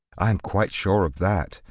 i am quite sure of that.